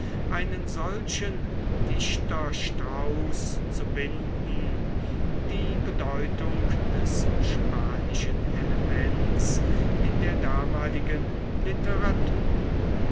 einen solchen dichterstrauß zu binden die bedeutung des spanischen elements in der damaligen literatur